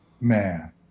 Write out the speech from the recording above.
man